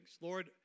Lord